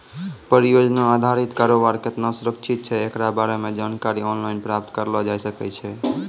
परियोजना अधारित कारोबार केतना सुरक्षित छै एकरा बारे मे जानकारी आनलाइन प्राप्त करलो जाय सकै छै